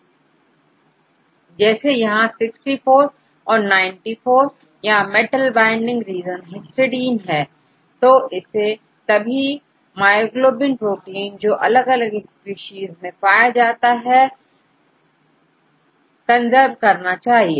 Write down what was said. जैसे यहां 65 और 94 या मेटल बाइंडिंग रीजन हिस्टीडीन है तो इसे तभी मायोग्लोबिन प्रोटीन जो अलग अलग स्पीशीज में पाया जाता हैकंज़र्व करना चाहिए